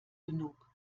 genug